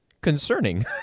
concerning